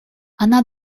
она